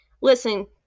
Listen